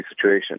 situation